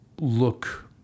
look